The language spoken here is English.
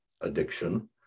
addiction